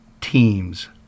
teams